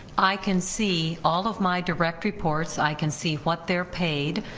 i can see all of my direct reports. i can see what they're paid,